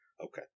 Okay